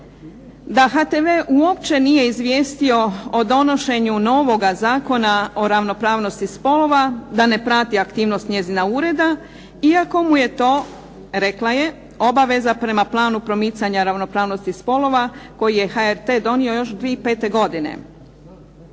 da HTV uopće nije izvijestio o donošenju novoga Zakona o ravnopravnosti spolova, da ne prati aktivnost njezina Ureda iako mu je to, rekla je, obaveza prema planu promicanja ravnopravnosti spolova koji je HRT donio još 2005. godine.